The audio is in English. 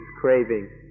craving